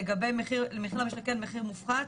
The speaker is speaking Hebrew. לגבי מחיר למשתכן במחיר מופחת,